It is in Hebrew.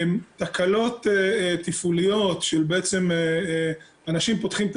תקלות תפעוליות של בעצם אנשים שפותחים את